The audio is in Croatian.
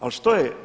Ali što je?